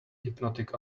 hypnotic